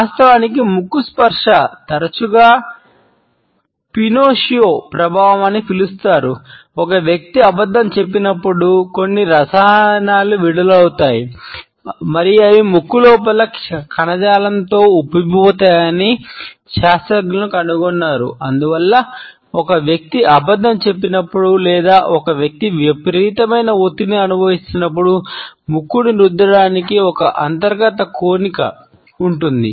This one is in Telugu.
వాస్తవానికి ముక్కు స్పర్శ ఉంటుంది